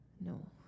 No